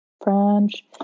French